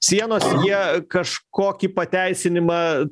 sienos jie kažkokį pateisinimą